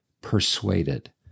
persuaded